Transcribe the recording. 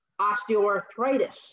osteoarthritis